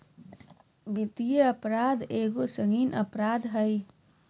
वित्तीय अपराध एगो संगीन अपराध हइ